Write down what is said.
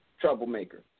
troublemaker